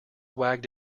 wagged